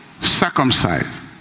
Circumcised